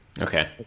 Okay